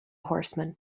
horsemen